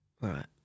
Right